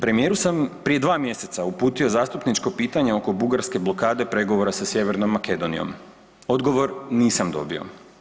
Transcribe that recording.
Premijeru sam prije 2 mjeseca uputio zastupničko pitanje oko Bugarske blokade pregovora sa Sjevernom Makedonijom, odgovor nisam dobio.